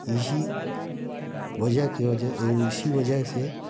इसी वजह के वजह इसी वजह से